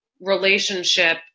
relationship